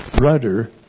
rudder